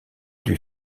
lui